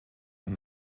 and